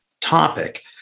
topic